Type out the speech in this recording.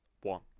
One